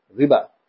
riba